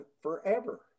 forever